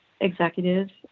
executives